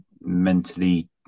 mentally